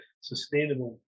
sustainable